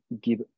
give